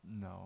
No